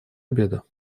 обеда